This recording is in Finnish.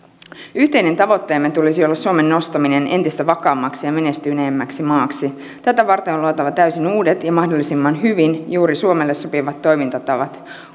yhteisen tavoitteemme tulisi olla suomen nostaminen entistä vakaammaksi ja menestyneemmäksi maaksi tätä varten on luotava täysin uudet ja mahdollisimman hyvin juuri suomelle sopivat toimintatavat